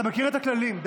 אתה מכיר את הכללים.